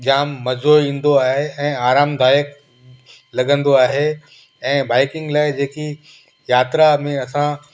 जामु मज़ो ईंदो आहे ऐं आरामदायकु लॻंदो आहे ऐं बाइकिंग लाइ जेकी यात्रा में असां